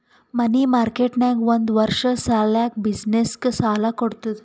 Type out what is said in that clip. ಮನಿ market ನಾಗ್ ಒಂದ್ ವರ್ಷ ಸಲ್ಯಾಕ್ ಬಿಸಿನ್ನೆಸ್ಗ ಸಾಲಾ ಕೊಡ್ತುದ್